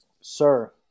sir